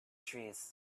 trees